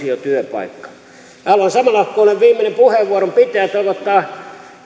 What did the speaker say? jo työpaikka haluan samalla kun olen viimeinen puheenvuoron pitäjä toivottaa